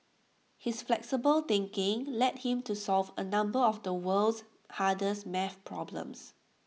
his flexible thinking led him to solve A number of the world's hardest maths problems